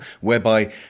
whereby